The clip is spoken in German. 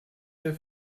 der